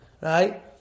Right